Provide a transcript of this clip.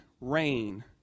rain